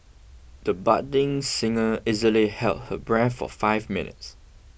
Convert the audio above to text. he budding singer easily held her breath for five minutes